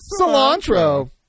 Cilantro